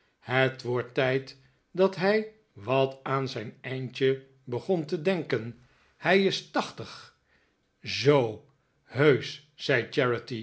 het wordt tijd dat hij wat aan zijn eindje begon te denken hij is tachtig zoo heusch